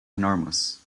enormous